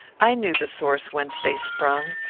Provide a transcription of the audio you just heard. i knew the source whence they sprung,